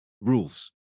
rules